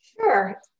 Sure